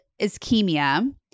ischemia